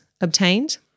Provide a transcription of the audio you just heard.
obtained